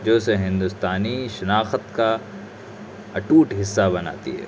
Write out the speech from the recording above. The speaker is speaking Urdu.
جو اسے ہندوستانی شناخت کا اٹوٹ حصہ بناتی ہے